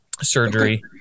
surgery